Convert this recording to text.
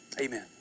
Amen